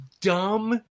dumb